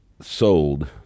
sold